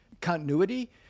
continuity